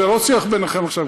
זה לא שיח ביניכם עכשיו,